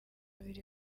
biri